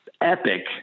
epic